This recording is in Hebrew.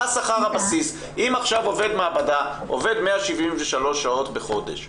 אם עכשיו עובד מעבדה עובד 173 שעות בחודש,